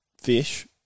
fish